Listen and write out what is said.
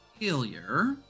failure